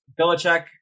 Belichick